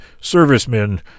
servicemen